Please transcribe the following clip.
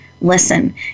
listen